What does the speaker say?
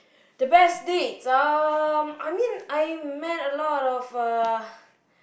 the best dates um I mean I met a lot of uh